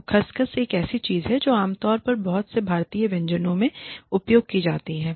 तो खस खस एक ऐसी चीज़ है जो आमतौर पर बहुत से भारतीय व्यंजनों में उपयोग की जाती है